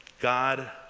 God